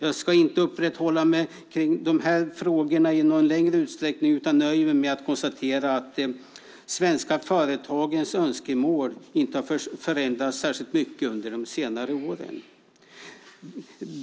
Jag ska inte uppehålla mig vid dessa frågor i någon längre utsträckning utan nöjer mig med att konstatera att de svenska företagens önskemål inte har förändrats särskilt mycket under de senare åren.